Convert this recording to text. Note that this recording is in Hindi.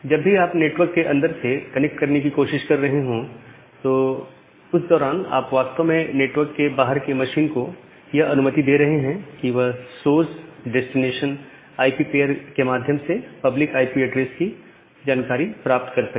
जब भी आप नेटवर्क के अंदर से कनेक्ट करने की कोशिश कर रहे हैं तो दौरान आप वास्तव में नेटवर्क के बाहर के मशीन को यह अनुमति दे रहे हैं कि वह सोर्स डेस्टिनेशन आईपी पेयर के माध्यम से पब्लिक आईपी ऐड्रेस की जानकारी प्राप्त कर सके